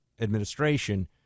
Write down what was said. administration